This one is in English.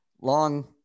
long